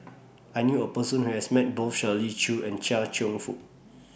I knew A Person Who has Met Both Shirley Chew and Chia Cheong Fook